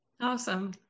awesome